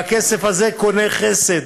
והכסף הזה קונה חסד,